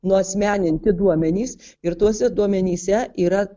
nuasmeninti duomenys ir tuose duomenyse yra